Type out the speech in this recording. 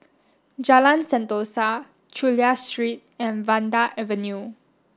Jalan Sentosa Chulia Street and Vanda Avenue